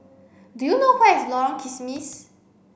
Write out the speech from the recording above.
do you know where is Lorong Kismis